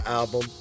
album